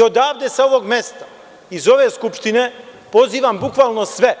Odavde sa ovom mesta, iz ove Skupštine, pozivam bukvalno sve